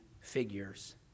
figures